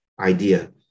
idea